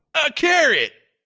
carrot.